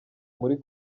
muri